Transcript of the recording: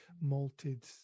malted